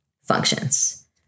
functions